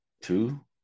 two